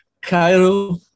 Cairo